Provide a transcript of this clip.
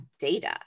data